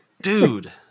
Dude